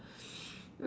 mm